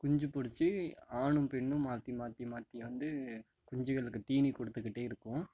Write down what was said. குஞ்சு பொரிச்சி ஆணும் பெண்ணும் மாற்றி மாற்றி மாற்றி வந்து குஞ்சுகளுக்கு தீனி கொடுத்துக்கிட்டே இருக்கும்